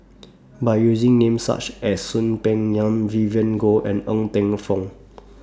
By using Names such as Soon Peng Yam Vivien Goh and Ng Teng Fong